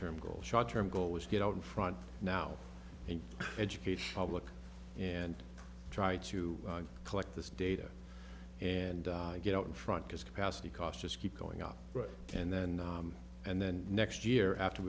term goal short term goal was to get out in front now an educational look and try to collect this data and get out in front because capacity costs just keep going up and then and then next year after